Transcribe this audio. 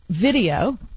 video